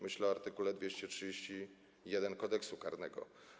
Myślę o art. 231 Kodeksu karnego.